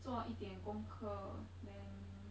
做一点功课 then